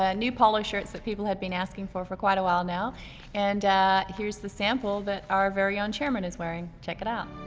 ah new polo shirts that people have been asking for for quite awhile now and here's the sample that our very own chairman is wearing, check it out.